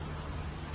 התנהגות